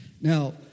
Now